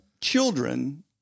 children